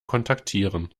kontaktieren